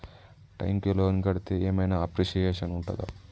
Time కి loan కడ్తే ఏం ఐనా అప్రిషియేషన్ ఉంటదా?